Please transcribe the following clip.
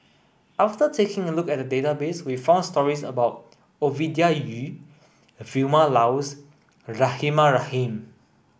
after taking a look at database we found stories about Ovidia Yu a Vilma Laus Rahimah Rahim